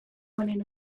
onena